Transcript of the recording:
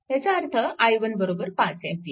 ह्याचा अर्थ i1 5 A